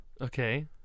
Okay